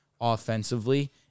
offensively